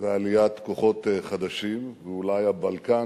ועליית כוחות חדשים, ואולי הבלקן,